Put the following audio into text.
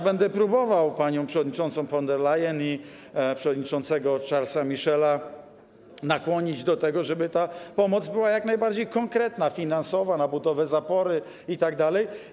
Będę próbował panią przewodniczącą von der Leyen i przewodniczącego Charlesa Michela nakłonić do tego, żeby ta pomoc była jak najbardziej konkretna, finansowa, na budowę zapory itd.